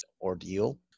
ordeal